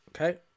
Okay